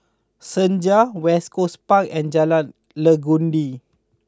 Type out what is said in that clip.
Senja West Coast Park and Jalan Legundi